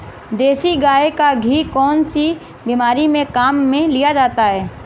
देसी गाय का घी कौनसी बीमारी में काम में लिया जाता है?